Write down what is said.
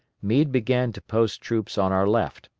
meade began to post troops on our left,